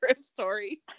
story